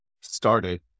started